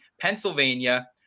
Pennsylvania